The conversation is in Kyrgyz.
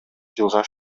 жылга